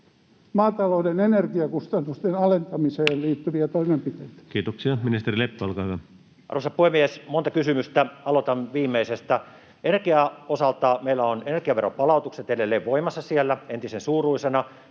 maatalouden energiakustannusten alentamiseen liittyviä toimenpiteitä? Kiitoksia. — Ministeri Leppä, olkaa hyvä. Arvoisa puhemies! Monta kysymystä, aloitan viimeisestä. Energian osalta meillä ovat energiaveron palautukset edelleen voimassa siellä, entisen suuruisina.